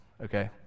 Okay